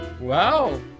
Wow